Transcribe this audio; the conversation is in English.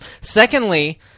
Secondly